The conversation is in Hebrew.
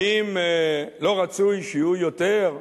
האם לא רצוי שיהיו יותר?